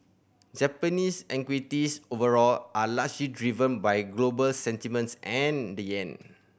Japanese equities overall are largely driven by global sentiments and the yen